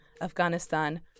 Afghanistan